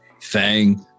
Fang